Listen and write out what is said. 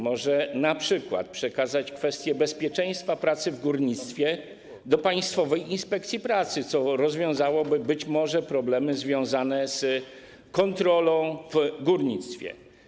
Może trzeba np. przekazać kwestie bezpieczeństwa pracy w górnictwie Państwowej Inspekcji Pracy, co rozwiązałoby być może problemy związane z kontrolą w górnictwie.